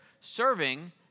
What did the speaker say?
serving